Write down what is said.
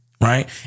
right